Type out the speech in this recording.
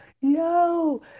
Yo